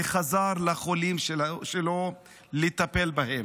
וחזר לחולים שלו לטפל בהם.